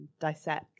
dissect